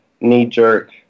knee-jerk